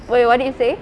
wait what did you say